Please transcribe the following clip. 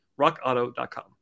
rockauto.com